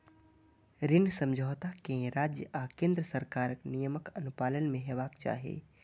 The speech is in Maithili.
ऋण समझौता कें राज्य आ केंद्र सरकारक नियमक अनुपालन मे हेबाक चाही